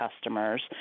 customers